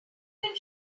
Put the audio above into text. can